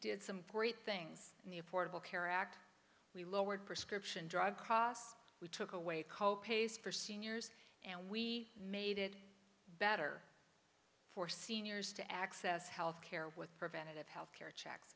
did some great things in the affordable care act we lowered prescription drug costs we took away co pays for seniors and we made it better for seniors to access health care with preventive health care checks